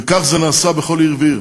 וכך זה נעשה בכל עיר ועיר.